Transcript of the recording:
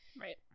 Right